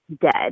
dead